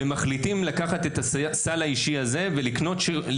יש פה פער בין מה שאתם אומרים למה שקורה